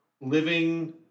living